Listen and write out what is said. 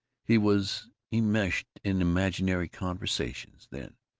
he was enmeshed in imaginary conversations. then